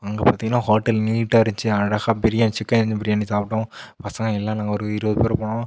அங்கே பார்த்திங்கன்னா ஹோட்டல் நீட்டாக இருந்துச்சி அழகாக பிரியாணி சிக்கன் பிரியாணி சாப்பிடோம் பசங்க எல்லாம் நாங்கள் ஒரு இருபது பேர் போனோம்